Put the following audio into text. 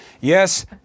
yes